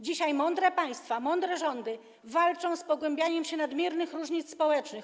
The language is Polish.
Dzisiaj mądre państwa, mądre rządy walczą z pogłębianiem się nadmiernych różnic społecznych.